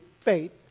faith